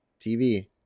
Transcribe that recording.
TV